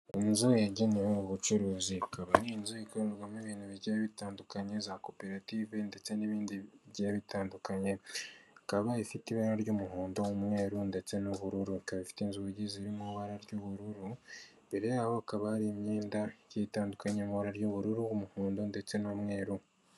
Ni inzu yagenewe mu bucuruzi ikaba inzu ikorerwamo ibintu bigiye bitandukanye za koperative ndetse n'ibindi bitandukanye, ikaba ifite ibara ry'umuhondo, umweru ndetse n'ubururu, ifite inzugi zirimo ibara ry'ubururu imbere y'aho hakaba hari imyenda igiye itandukanye y'ubururu n'umuhondo ndetse n'umweru.